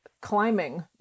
climbing